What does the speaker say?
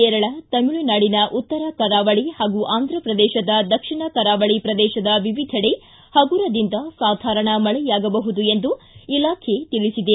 ಕೇರಳ ತಮಿಳುನಾಡಿನ ಉತ್ತರ ಕರಾವಳಿ ಹಾಗೂ ಆಂದ್ರಪ್ರದೇಶದ ದಕ್ಷಿಣ ಕರಾವಳಿ ಪ್ರದೇಶದ ವಿವಿಧೆಡೆ ಪಗುರದಿಂದ ಸಾಧಾರಣ ಮಳೆಯಾಗಬಹುದು ಎಂದು ಇಲಾಖೆ ತಿಳಿಸಿದೆ